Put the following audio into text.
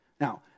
Now